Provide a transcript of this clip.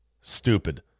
stupid